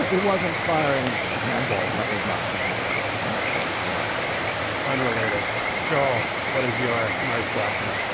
he wasn't firing handballs that was not cannon like on the court. i watched the video unrelated jaw. what is your mars blackmon?